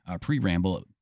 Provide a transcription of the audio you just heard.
pre-ramble